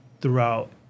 throughout